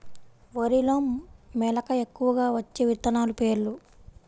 వరిలో మెలక ఎక్కువగా వచ్చే విత్తనాలు పేర్లు?